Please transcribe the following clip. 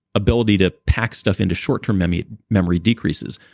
ability to pack stuff into short term memory memory decreases.